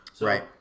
Right